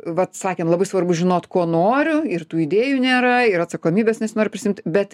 vat sakėm labai svarbu žinot ko noriu ir tų idėjų nėra ir atsakomybės nesinori prisiimt bet